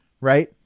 right